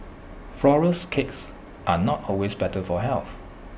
Flourless Cakes are not always better for health